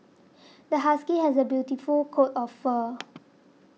this husky has a beautiful coat of fur